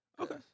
Okay